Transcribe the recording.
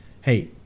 hey